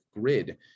grid